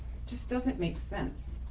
just doesn't make sense.